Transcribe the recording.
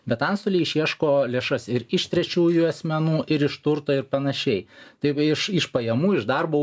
bet antstoliai išieško lėšas ir iš trečiųjų asmenų ir iš turto ir panašiai tai iš iš pajamų iš darbo